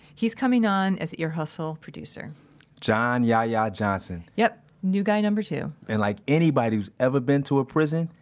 he's coming on as ear huslte producer john yahya johnson yep, new guy number two and like anybody who's ever been to a prison,